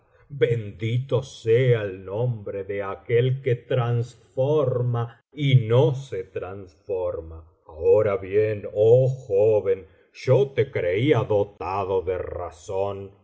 bendito sea el nombre de aquel que transforma y no se transforma ahora bien oh joven yo te creía dotado de razón